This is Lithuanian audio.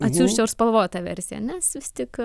atsiųsčiau ir spalvotą versiją nes vis tik